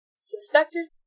suspected